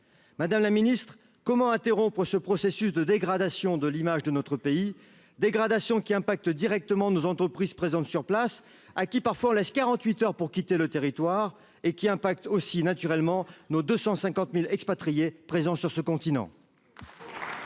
Madame la Ministre, comment interrompre ce processus de dégradation de l'image de notre pays, dégradations qui impactent directement nos entreprises présentes sur place ah qui, parfois, on laisse 48 heures pour quitter le territoire et qui impacte aussi naturellement nos 250000 expatriés présents sur ce continent.